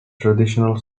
traditional